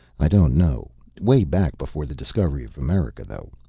i don't know. way back before the discovery of america, though.